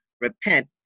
repent